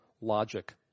logic